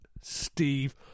Steve